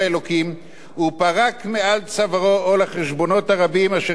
ופרק מעל צווארו עול החשבונות הרבים אשר ביקשו בני-אדם.